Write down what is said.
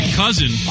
cousin